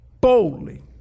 boldly